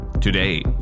Today